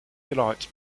delight